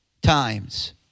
times